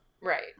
right